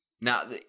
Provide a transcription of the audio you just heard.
Now